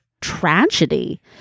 tragedy